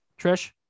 Trish